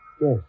Yes